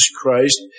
Christ